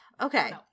Okay